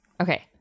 okay